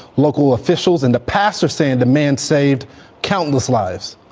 local officials in the past are saying the man saved countless lives